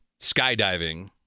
skydiving